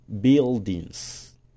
buildings